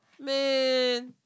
Man